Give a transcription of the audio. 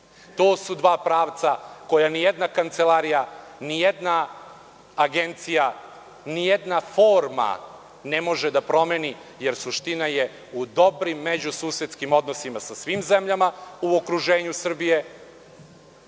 su dva pravca koja nijedna kancelarija, nijedna agencija, nijedna forma ne može da promeni, jer suština je u dobrim međususedskim odnosima sa svim zemljama u okruženju Srbije